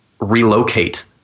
relocate